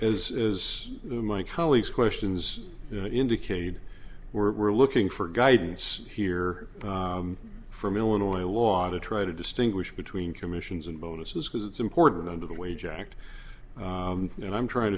as is my colleague's questions indicated we're looking for guidance here from illinois law to try to distinguish between commissions and bonuses because it's important under the wage act and i'm trying